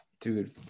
dude